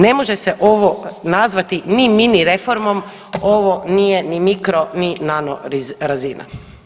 Ne može se ovo nazvati ni mini reformom, ovo nije ni mikro ni nano razina.